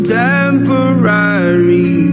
temporary